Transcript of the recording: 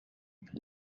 him